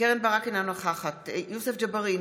קרן ברק, אינה נוכחת יוסף ג'בארין,